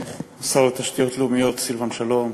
שר התשתיות הלאומיות סילבן שלום,